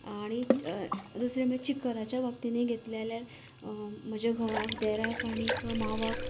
आनी दुसरें म्हणल्यार चिकनाच्या बाबतींत घेतलें जाल्यार म्हज्या घोवाक देराक आनीक मांवाक